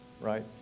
right